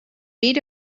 bit